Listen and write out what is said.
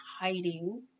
hiding